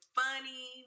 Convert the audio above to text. funny